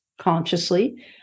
consciously